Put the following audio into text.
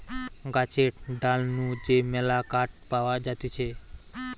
গাছের ডাল নু যে মেলা কাঠ পাওয়া যাতিছে